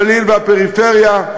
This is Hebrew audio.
הגליל והפריפריה,